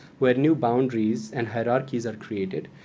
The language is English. where new boundaries and hierarchies are created,